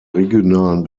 regionalen